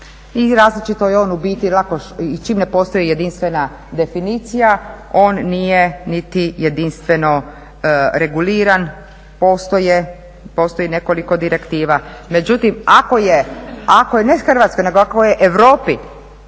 različito je on u biti, i čim ne postoji jedinstvena definicija on nije niti jedinstveno reguliran. Postoje, postoji nekoliko direktiva. Ako je, ako je ne Hrvatskoj, nego ako je Europi